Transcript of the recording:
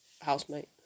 housemate